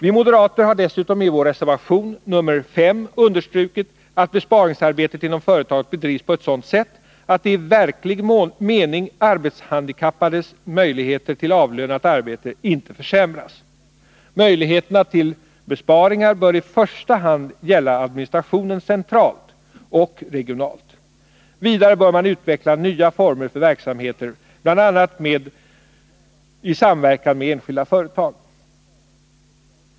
Vi moderater har dessutom i vår reservation nr 5 understrukit att besparingsarbetet inom företaget bedrivs på ett sådant sätt att de i verklig mening arbetshandikappades möjligheter till avlönat arbete inte försämras. Möjligheterna till besparingar bör i första hand gälla administrationen centralt och regionalt. Vidare bör man utveckla nya former för verksamheter, bl.a. i samverkan med enskilda företag.